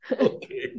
okay